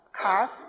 cars